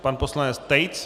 Pan poslanec Tejc.